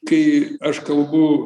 kai aš kalbu